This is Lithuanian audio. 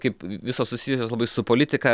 kaip visos susijusios labai su politika